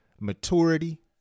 maturity